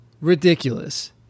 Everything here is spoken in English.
ridiculous